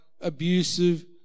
abusive